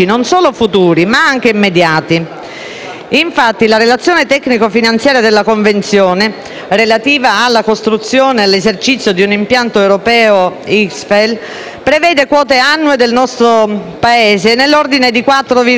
Infatti, la relazione tecnico-finanziaria della Convenzione, relativa alla costruzione e all'esercizio di un impianto europeo XFEL, prevede quote annue del nostro Paese nell'ordine di 4,74 milioni di euro